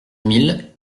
mille